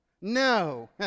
No